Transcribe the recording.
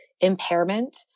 impairment